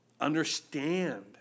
understand